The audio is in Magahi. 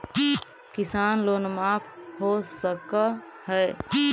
किसान लोन माफ हो सक है?